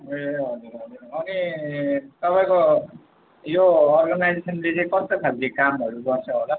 ए हजुर हजुर अनि तपाईँको यो अर्गनाइजेसनले चाहिँ कस्तो खाले कामहरू गर्छ होला